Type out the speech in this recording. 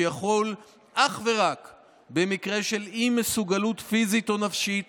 שיחול אך ורק במקרה של אי-מסוגלות פיזית או נפשית